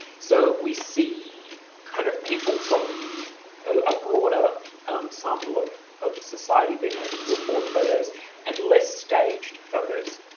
so we see kind of people from a broader sample of of society being able to afford photos and less staged photos